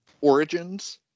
Origins